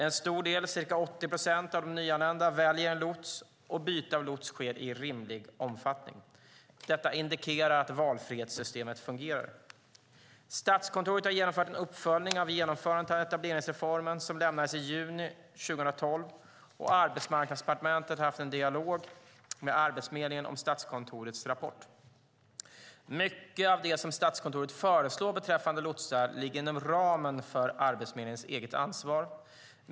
En stor del, ca 80 procent, av de nyanlända väljer en lots, och byte av lots sker i rimlig omfattning. Detta indikerar att valfrihetssystemet fungerar. Statskontoret har genomfört en uppföljning av genomförandet av etableringsreformen som lämnades i juni 2012, och Arbetsmarknadsdepartementet har haft en dialog med Arbetsförmedlingen om Statskontorets rapport. Mycket av det som Statskontoret föreslår beträffande lotsar ligger inom ramen för Arbetsförmedlingens eget ansvar.